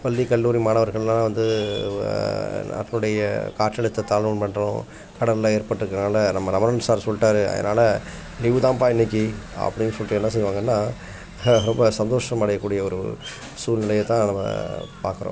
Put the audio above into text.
பள்ளி கல்லூரி மாணவர்களெல்லாம் வந்து நாட்டினுடைய காற்றழுத்த தாழ்வு மண்டலம் கடலில் ஏற்பட்டிருக்கனால நம்ம ரமணன் சார் சொல்லிட்டாரு அதனால் லீவு தான்பா இன்னைக்கு அப்படினு சொல்லிட்டு என்ன செய்வாங்கன்னால் ரொம்ப சந்தோஷம் அடையக்கூடிய ஒரு சூழ்நிலைய தான் நம்ம பார்க்குறோம்